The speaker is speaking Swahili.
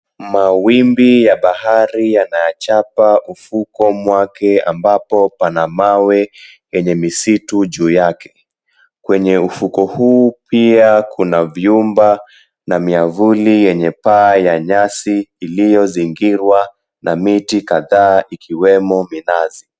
Mawimbi ya bahari yanachapa ufukwe mwake ambapo pana mawe yenye misitu juu yake. Kwenye ufukwe huu pia kuna vyumba na miavuli yenye paa ya nyasi iliyozingirwa na miti kadhaa ikiwemo minazi.